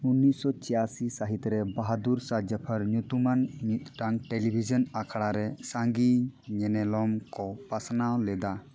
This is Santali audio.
ᱩᱱᱤᱥᱥᱚ ᱪᱷᱤᱭᱟᱥᱤ ᱥᱟᱹᱦᱤᱛᱨᱮ ᱵᱟᱦᱟᱫᱩᱨ ᱥᱟᱦ ᱡᱟᱯᱷᱚᱨ ᱧᱩᱛᱩᱢᱟᱱ ᱢᱤᱫᱴᱟᱝ ᱴᱮᱞᱤᱵᱷᱤᱡᱚᱱ ᱟᱠᱷᱲᱟ ᱨᱮ ᱥᱟᱺᱜᱤᱧ ᱧᱮᱱᱮᱞᱚᱢ ᱠᱚ ᱯᱟᱥᱱᱟᱣ ᱞᱮᱫᱟ